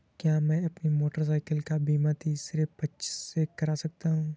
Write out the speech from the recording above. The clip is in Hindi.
क्या मैं अपनी मोटरसाइकिल का बीमा तीसरे पक्ष से करा सकता हूँ?